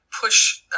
push